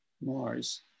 Mars